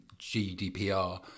GDPR